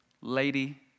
lady